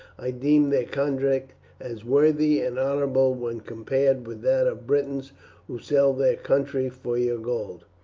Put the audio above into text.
i deem their conduct as worthy and honourable when compared with that of britons who sell their country for your gold.